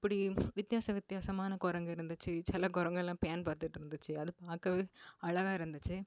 இப்படி வித்தியாச வித்தியாசமான குரங்கு இருந்துச்சு சில குரங்கெல்லாம் பேன் பார்த்துட்டு இருந்துச்சு அது பார்க்கவே அழகா இருந்துச்சு